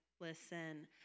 listen